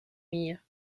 mir